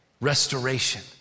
restoration